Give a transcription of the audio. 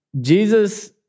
Jesus